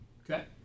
Okay